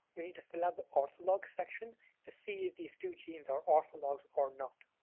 we need to fill out the ortholog section to see if these two genes are orthologs or not.